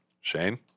Shane